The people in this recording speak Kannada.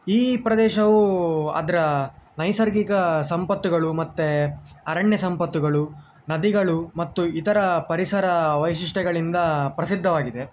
ಈ ಪ್ರದೇಶವು ಅದರ ನೈಸರ್ಗಿಕ ಸಂಪತ್ತುಗಳು ಮತ್ತು ಅರಣ್ಯ ಸಂಪತ್ತುಗಳು ನದಿಗಳು ಮತ್ತು ಇತರ ಪರಿಸರ ವೈಶಿಷ್ಟ್ಯಗಳಿಂದ ಪ್ರಸಿದ್ದವಾಗಿದೆ